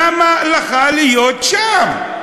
למה לך להיות שם?